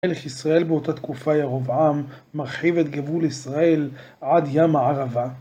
ישראל באותה תקופה, ירבעם, מרחיב את גבול ישראל עד ים הערבה.